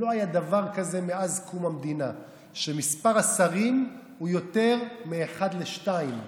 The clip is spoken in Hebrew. לא היה דבר כזה מאז קום המדינה שמספר השרים הוא יותר מאחד לשניים.